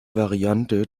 variante